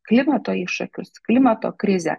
klimato iššūkius klimato krizę